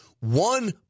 One